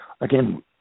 again